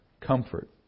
comfort